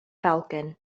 falcon